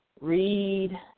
read